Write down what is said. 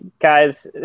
guys